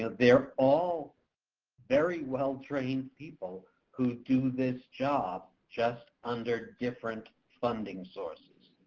ah they're all very-well-trained people who do this job, just under different funding sources.